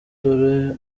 dore